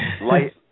light